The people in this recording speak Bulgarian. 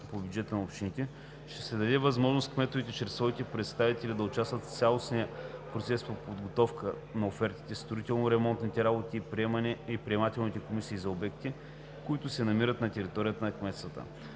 по бюджета на общината, ще се даде възможност кметовете чрез свои представители да участват в цялостния процес по подготовката на офертите, строително-ремонтните работи и приемателните комисии за обекти, които се намират на територията на кметството.